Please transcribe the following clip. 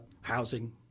housing